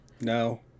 No